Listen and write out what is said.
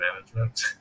management